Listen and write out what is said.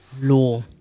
law